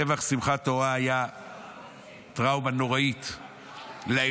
טבח שמחת תורה היה טראומה נוראית לאנושות,